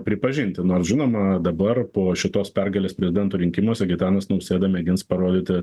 pripažinti nors žinoma dabar po šitos pergalės prezidento rinkimuose gitanas nausėda mėgins parodyti